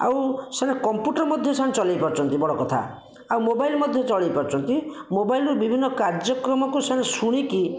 ଆଉ ସେଟା କମ୍ପ୍ୟୁଟର ମଧ୍ୟ ସେମାନେ ଚଲେଇ ପାରୁଛନ୍ତି ବଡ଼ କଥା ଆଉ ମୋବାଇଲ ମଧ୍ୟ ଚଳେଇ ପାରୁଛନ୍ତି ମୋବାଇଲର ବିଭିନ୍ନ କାର୍ଯ୍ୟକ୍ରମକୁ ସେମାନେ ଶୁଣିକି